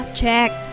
check